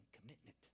commitment